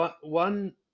one